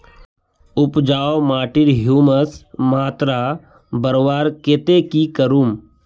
उपजाऊ माटिर ह्यूमस मात्रा बढ़वार केते की करूम?